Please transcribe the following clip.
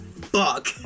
fuck